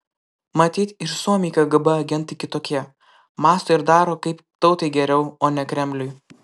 matyt ir suomiai kgb agentai kitokie mąsto ir daro kaip tautai geriau o ne kremliui